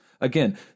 Again